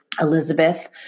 Elizabeth